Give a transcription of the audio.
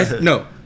no